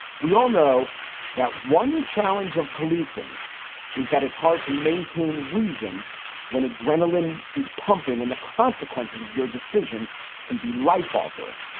we all know that one challenge of policing is that it's hard to maintain reason when adrenaline is pumping and the consequences of your decision can be life altering.